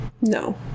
No